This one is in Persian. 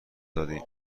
دادهایم